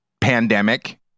pandemic